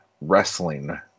wrestling